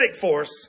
force